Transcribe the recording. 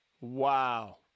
Wow